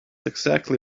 exactly